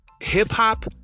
hip-hop